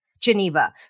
Geneva